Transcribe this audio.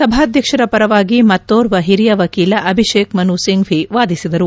ಸಭಾಧ್ಯಕ್ಷರ ಪರವಾಗಿ ಮತ್ತೊರ್ವ ಹಿರಿಯ ವಕೀಲ ಅಭಿಷೇಕ ಮನು ಸಿಂಫ್ವಿ ವಾದಿಸಿದರು